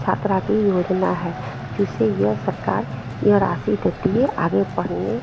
छात्रा की योजना है जिसे यह सरकार यह राशि देती है आगे पढ़ने